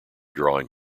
drawing